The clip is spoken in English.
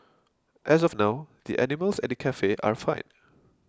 as of now the animals at the cafe are fine